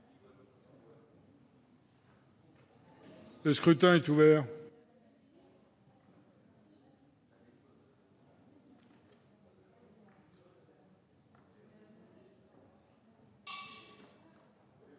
Le scrutin est ouvert.